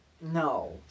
No